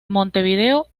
montevideo